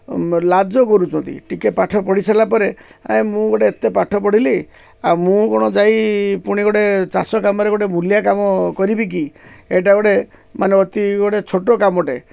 ଲାଜ କରୁଛନ୍ତି ଟିକେ ପାଠ ପଢ଼ି ସାରିଲା ପରେ ମୁଁ ଗୋଟେ ଏତେ ପାଠ ପଢ଼ିଲି ଆଉ ମୁଁ କ'ଣ ଯାଇ ପୁଣି ଗୋଟେ ଚାଷ କାମରେ ଗୋଟେ ମୂଲିଆ କାମ କରିବି କିି ଏଇଟା ଗୋଟେ ମାନେ ଅତି ଗୋଟେ ଛୋଟ କାମଟେ